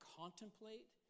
contemplate